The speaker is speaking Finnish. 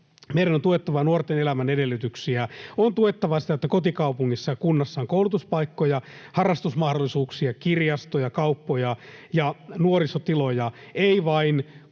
Meidän on tuettava nuorten elämän edellytyksiä. On tuettava sitä, että kotikaupungissa ja -kunnassa on koulutuspaikkoja, harrastusmahdollisuuksia, kirjastoja, kauppoja ja nuorisotiloja,